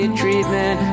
treatment